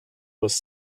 was